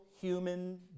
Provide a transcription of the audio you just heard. human